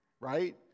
right